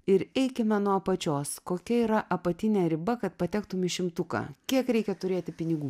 ir eikime nuo apačios kokia yra apatinė riba kad patektum į šimtuką kiek reikia turėti pinigų